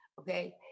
okay